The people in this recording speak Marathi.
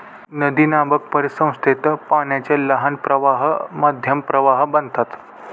नदीनामक परिसंस्थेत पाण्याचे लहान प्रवाह मध्यम प्रवाह बनतात